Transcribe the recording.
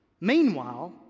Meanwhile